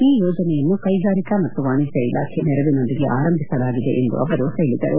ಈ ಯೋಜನೆಯನ್ನು ಕೈಗಾರಿಕಾ ಮತ್ತು ವಾಣಿಜ್ಯ ಇಲಾಖೆ ನೆರವಿನೊಂದಿಗೆ ಆರಂಭಿಸಲಾಗಿದೆ ಎಂದು ಅವರು ಹೇಳಿದರು